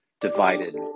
divided